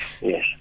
Yes